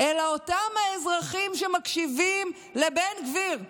אלא אותם אזרחים שמקשיבים לבן גביר,